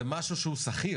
ינון, זה משהו שהוא סחיר.